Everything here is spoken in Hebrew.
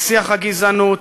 לשיח הגזענות,